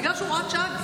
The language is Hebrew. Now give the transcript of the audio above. בגלל שהוא הוראת שעה,